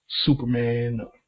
Superman